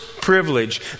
privilege